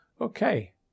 Okay